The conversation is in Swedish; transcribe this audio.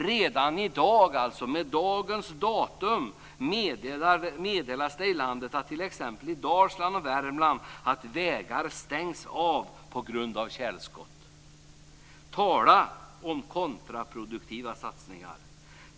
Redan i dag meddelas det att vägar i t.ex. Dalsland och Värmland stängs av på grund av tjälskott. Tala om kontraproduktiva satsningar!